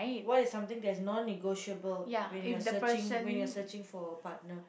what is something that is non-negotiable when you are searching when you are searching for a partner